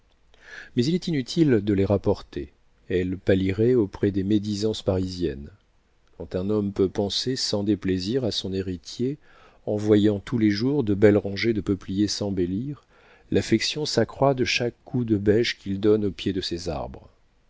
mais il est inutile de les rapporter elles pâliraient auprès des médisances parisiennes quand un homme peut penser sans déplaisir à son héritier en voyant tous les jours de belles rangées de peupliers s'embellir l'affection s'accroît de chaque coup de bêche qu'il donne au pied de ses arbres